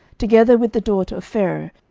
together with the daughter of pharaoh,